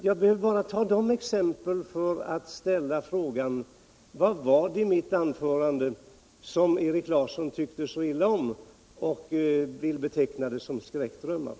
Jag behöver bara ta dessa exempel för att ställa frågan: Vad var det i mitt anförande som Erik Larsson tyckte så illa om att han vill beteckna det som skräckdrömmar?